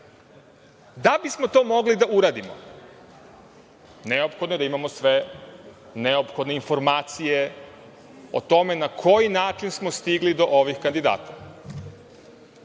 Da bismo to mogli da uradimo, neophodno je da imamo sve neophodne informacije o tome na koji način smo stigli do ovih kandidata.